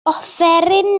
offeryn